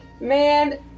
man